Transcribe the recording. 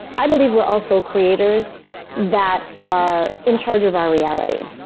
i believe we're also creators that are in charge of our reality.